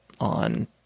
on